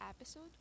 episode